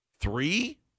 Three